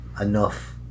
enough